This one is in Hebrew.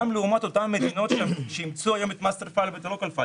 גם לעומת אותן מדינות שאימצו היום את local file ו- master file.